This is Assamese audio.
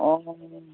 অঁ হয়